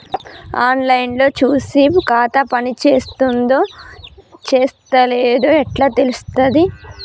On line లో చూసి ఖాతా పనిచేత్తందో చేత్తలేదో ఎట్లా తెలుత్తది?